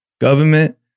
government